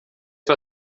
war